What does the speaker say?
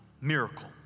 Miracle